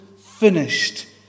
finished